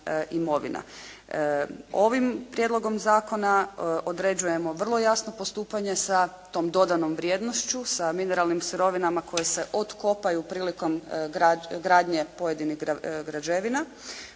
Ovim prijedlogom zakona određujemo vrlo jasno postupanje sa tom dodanom vrijednošću sa mineralnim sirovinama koje se otkopaju prilikom gradnje pojedinih građevina,